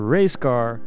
Racecar